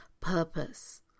purpose